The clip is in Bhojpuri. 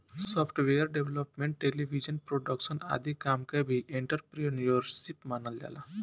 सॉफ्टवेयर डेवलपमेंट टेलीविजन प्रोडक्शन आदि काम के भी एंटरप्रेन्योरशिप मानल जाला